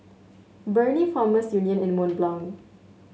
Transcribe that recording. Burnie Farmers Union and Mont Blanc